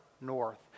north